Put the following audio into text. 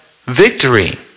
victory